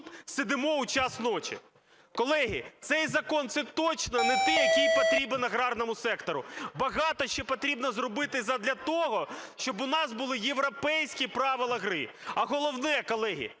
сидимо у час ночі? Колеги, цей закон – це точно не той, який потрібен аграрному сектору. Багато ще потрібно зробити задля того, щоб у нас були європейські правила гри. А головне, колеги,